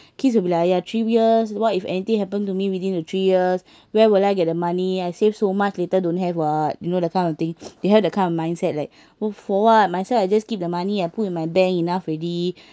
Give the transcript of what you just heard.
kids will be like !aiya! three years what if anything happen to me within the three years where will I get the money I save so much later don't have what you know the kind of thing they have the kind of mindset like !oh! for what myself I just keep the money I put in my bank enough already